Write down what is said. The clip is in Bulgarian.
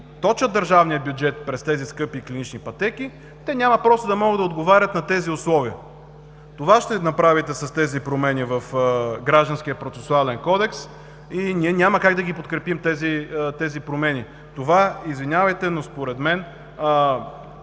точат държавния бюджет през тези скъпи клинични пътеки, те няма да могат да отговарят на тези условия. Това ще направите с тези промени в Гражданския процесуален кодекс и ние няма как да ги подкрепим. Извинявайте, може би